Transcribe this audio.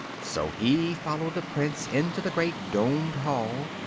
so he followed the prince into the great domed hall,